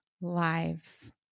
lives